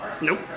Nope